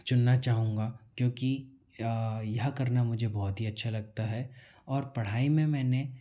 चुनना चाहूँगा क्योंकि यह करना मुझे बहुत ही अच्छा लगता है और पढ़ाई में मैंने